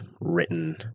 written